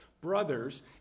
Brothers